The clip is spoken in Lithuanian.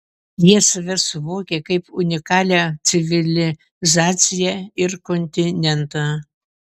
jie save suvokia kaip unikalią civilizaciją ir kontinentą